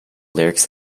lyrics